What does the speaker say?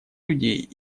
людей